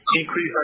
increase